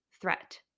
threat